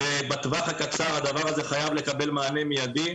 ובטווח הקצר הדבר הזה חייב לקבל מענה מיידי,